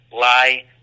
lie